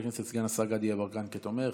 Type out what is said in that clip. את חבר הכנסת סגן השר גדי יברקן כתומך,